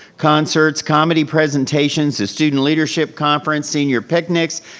concerts, comedy presentations, a student leadership conference, senior picnics,